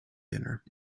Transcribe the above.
dinner